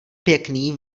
pěkný